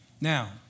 Now